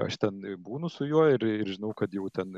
aš ten būnu su juo ir ir žinau kad jau ten